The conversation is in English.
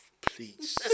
please